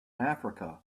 africa